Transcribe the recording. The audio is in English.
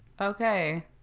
Okay